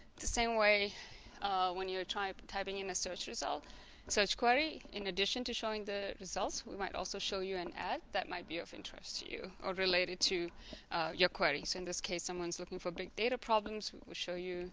same way when you're. typing typing in a search result search query in addition to showing the results we might also show you an ad that might be of interest to you or related to your query so in this case someone's looking for big data problems it will show you